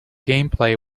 gameplay